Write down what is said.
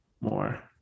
more